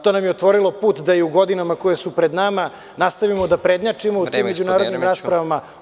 To nam je otvorilo put da i u godinama koje su pred nama nastavimo da prednjačimo u tim međunarodnim raspravama.